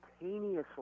simultaneously